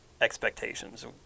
expectations